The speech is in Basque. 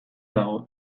dago